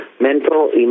mental